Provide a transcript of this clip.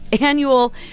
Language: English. annual